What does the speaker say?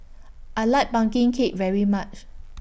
I like Pumpkin Cake very much